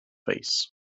face